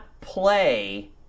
play